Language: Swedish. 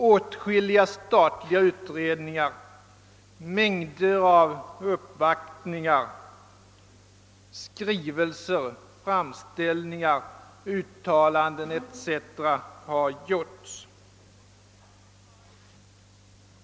Åtskilliga statliga utredningar, mängder av uppvaktningar, skrivelser, framställningar och uttalanden etc. har gjorts.